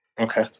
Okay